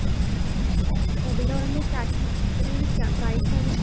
ഓ double ഡോറിൻ്റ starting എത്ര ആണ് പ്രൈസ് ആകുക